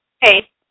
Hey